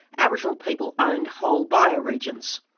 aboriginal people owned whole bioregions.